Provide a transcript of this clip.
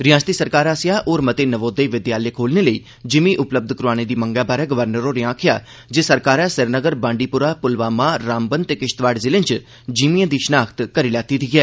रयासती सरकार आस्सेआ होर मते नवोदय विद्यालय खोलने लेई जिमी उपलब्य कराने दी मंगै बारै गवर्नर होरें आक्खेआ जे सरकारै श्रीनगर बांडीपोरा पुलवामा रामबन ते किश्तवाड़ जिलें च जिमिएं दी शनाख्त करी लैती दी ऐ